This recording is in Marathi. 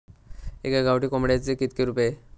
एका गावठी कोंबड्याचे कितके रुपये?